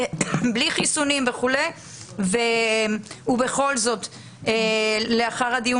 בלי חיסונים וכולי ובכל זאת לאחר הדיון